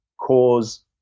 cause